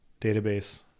database